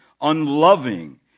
unloving